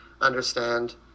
understand